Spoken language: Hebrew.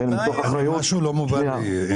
משהו לא מובן לי.